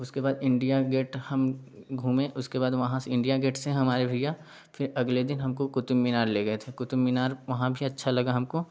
उसके बाद India Gate हम घूमे उसके बाद वहाँ से इंडिया गेट से हमारे भैया फिर अगले दिन हमको क़ुतुब मीनार ले गए थे क़ुतुब मीनार वहाँ भी अच्छा लगा हमको